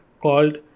called